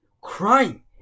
Crying